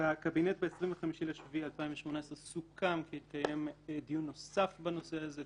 בקבינט ב-25 ביולי 2018 סוכם כי יתקיים דיון נוסף בנושא הזה,